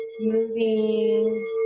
moving